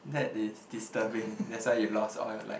that is disturbing that's why you lost all your like